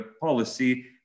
policy